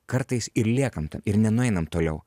kartais ir liekam ten ir nenueinam toliau